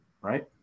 Right